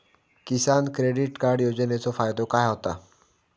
किसान credit card योजनेचो फायदो काय होता?